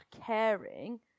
caring